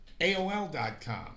AOL.com